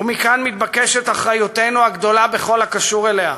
ומכאן מתבקשת אחריותנו הגדולה בכל הקשור אליה,